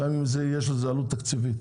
גם אם יש לזה עלות תקציבים,